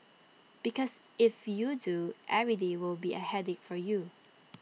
because if you do every day will be A headache for you